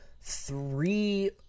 three